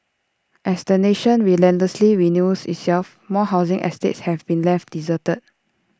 as the nation relentlessly renews itself more housing estates have been left deserted